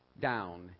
down